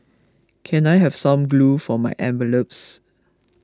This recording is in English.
can I have some glue for my envelopes